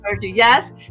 Yes